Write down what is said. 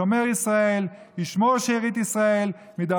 שומר ישראל ישמור שארית ישראל מידי